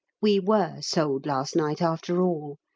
we were sold last night after all.